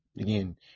Again